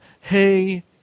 hey